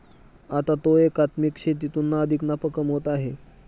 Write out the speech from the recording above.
आता तो एकात्मिक शेतीतून अधिक नफा कमवत आहे